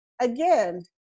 again